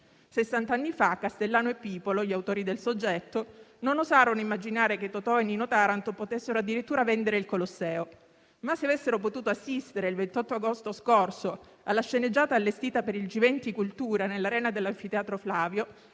Sessant'anni fa Castellano e Pipolo, gli autori del soggetto, non osarono immaginare che Totò e Nino Taranto potessero addirittura vendere il Colosseo; ma, se avessero potuto assistere, il 28 agosto scorso, alla sceneggiata allestita per il G20 Cultura nell'arena dell'Anfiteatro Flavio,